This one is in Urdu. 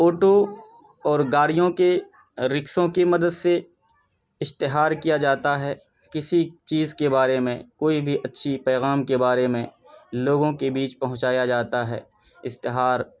آٹو اور گاڑیوں کے رکشوں کی مدد سے اشتہار کیا جاتا ہے کسی چیز کے بارے میں کوئی بھی اچھی پیغام کے بارے میں لوگوں کے بیچ پہنچایا جاتا ہے اشتہار